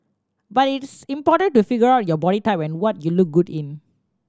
but it's important to figure out your body type and what you look good in